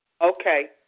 Okay